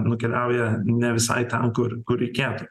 nukeliauja ne visai ten kur kur reikėtų